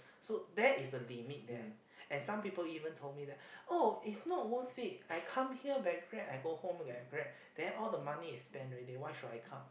so that is the limit there and some people even told me that oh is not worth it I come here get Grab I go home get Grab then all the money is spent already so why should I come